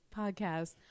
podcast